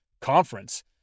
conference